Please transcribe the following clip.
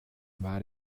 war